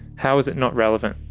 how is it not relevant?